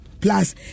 Plus